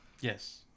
Yes